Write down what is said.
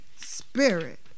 Spirit